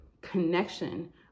connection